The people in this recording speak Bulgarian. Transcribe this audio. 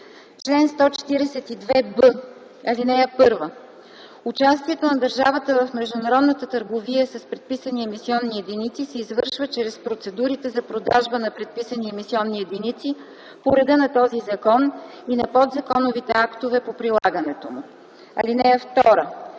Чл. 142б. (1) Участието на държавата в международната търговия с предписани емисионни единици се извършва чрез процедурите за продажба на предписани емисионни единици по реда на този закон и на подзаконовите актове по прилагането му. (2)